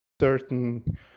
certain